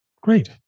Great